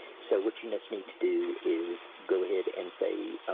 so what you just need to do is go ahead and say